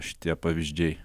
šitie pavyzdžiai